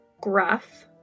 Gruff